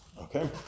okay